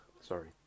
sorry